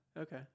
okay